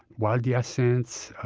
wild yeah essence,